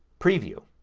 preview.